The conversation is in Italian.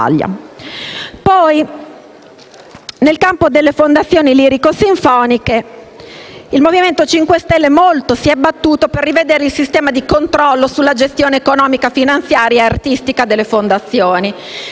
Nel campo delle fondazioni lirico-sinfoniche, il Movimento 5 Stelle molto si è battuto per rivedere il sistema di controllo sulla gestione economico-finanziaria e artistica delle fondazioni,